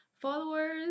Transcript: followers